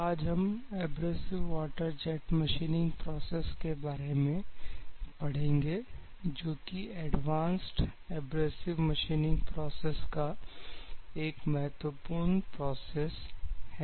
आज हम abrasive water jet machining process के बारे में पड़ेंगे जो की एडवांस्ड एब्रेसिव मशीनिंग प्रोसेस का एक महत्वपूर्ण प्रोसेस है